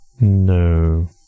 No